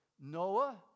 Noah